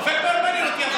העובד מאוד מעניין אותי.